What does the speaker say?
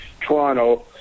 Toronto